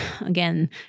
Again